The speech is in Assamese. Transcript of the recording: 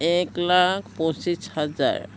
এক লাখ পঁচিছ হাজাৰ